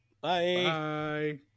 Bye